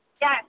Yes